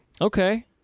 Okay